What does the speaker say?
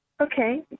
Okay